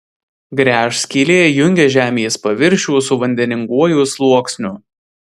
gręžskylė jungia žemės paviršių su vandeninguoju sluoksniu